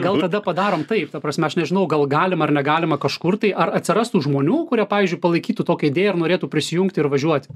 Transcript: gal tada padarom taip ta prasme aš nežinau gal galima ar negalima kažkur tai ar atsirastų žmonių kurie pavyzdžiui palaikytų tokią idėją ir norėtų prisijungti ir važiuoti